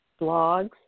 blogs